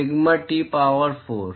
sigma T power four